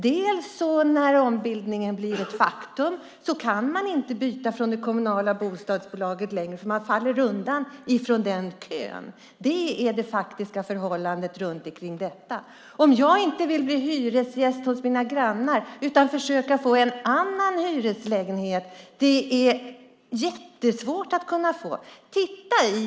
När ombildningen blir ett faktum kan man inte byta från det kommunala bostadsbolaget längre, för man faller ur deras kö. Det är det faktiska förhållandet när det gäller detta. Om jag inte vill bli hyresgäst hos mina grannar utan vill försöka få en annan hyreslägenhet är det jättesvårt.